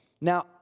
Now